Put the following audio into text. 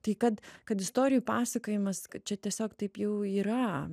tai kad kad istorijų pasakojimas kad čia tiesiog taip jau yra